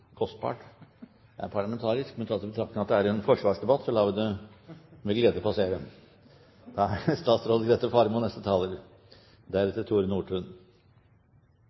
kostbart» er parlamentarisk. Men tatt i betraktning at det er i en forsvarsdebatt, lar vi det med glede passere.